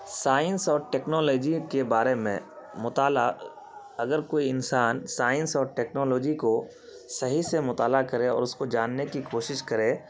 science اور technology کے بارے میں مطالعہ اگر کوئی انسان سائنس اور ٹیکنالوجی کو صحیح سے مطالعہ کرے اور اس کو جاننے کی کوشش کرے